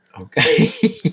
Okay